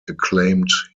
acclaimed